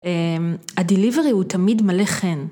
הדיליברי הוא תמיד מלא חן.